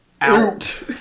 out